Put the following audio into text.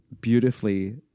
beautifully